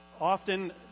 often